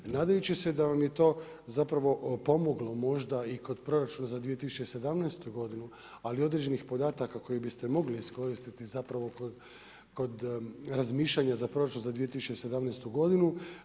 Nadajući se da vam je to zapravo, pomoglo, možda i kod proračuna za 2017. godinu, ali određenih podataka koji biste mogli iskoristiti, kod razmišljanja za proračun za 2017. godinu.